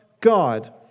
God